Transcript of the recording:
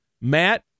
Matt